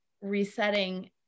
resetting